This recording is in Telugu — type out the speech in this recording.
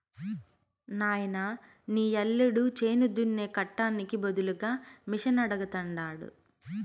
నాయనా నీ యల్లుడు చేను దున్నే కట్టానికి బదులుగా మిషనడగతండాడు